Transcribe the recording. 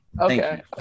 Okay